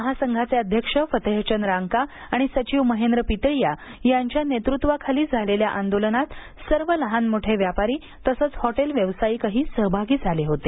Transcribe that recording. महासंघाचे अध्यक्ष फतेहचंद रांका आणि सचिव महेंद्र पितळीया यांच्या नेतृत्वा खाली झालेल्या आंदोलनात सर्व लहान मोठे व्यापारी तसच हॉटेल व्यावसायिकही सहभागी झाले होते